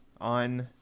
on